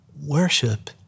Worship